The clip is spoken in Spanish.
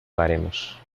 daremos